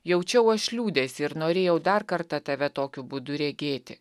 jaučiau aš liūdesį ir norėjau dar kartą tave tokiu būdu regėti